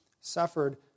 suffered